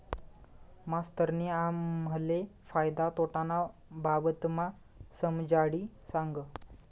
मास्तरनी आम्हले फायदा तोटाना बाबतमा समजाडी सांगं